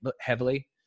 heavily